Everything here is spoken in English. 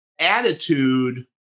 attitude